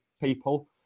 people